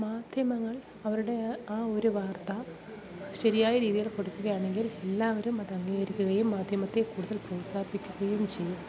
മാധ്യമങ്ങൾ അവരുടെ ആ ഒരു വാർത്ത ശരിയായ രീതിയിൽ കൊടുക്കുകയാണെങ്കിൽ എല്ലാവരും അത് അംഗീകരിക്കുകയും മാധ്യമത്തെ കൂടുതൽ പ്രോത്സാഹിപ്പിക്കുകയും ചെയ്യും